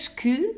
que